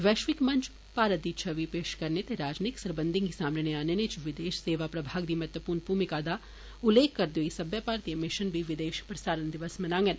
वैश्विक मंच उप्पर भारत दी छवि पेश करने ते राजनयिक सरबंधे गी सामने आनने च विदेश सेवा प्रभाग दी महत्वपूर्ण भूमिका दा उल्लेख करदे होई सब्बै भारतीय मिशन बी विदेश प्रसारण दिवास मनाङन